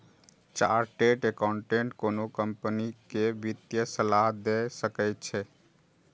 chartered accountant कोनो company कें वित्तीय सलाह दए सकै छै